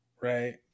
Right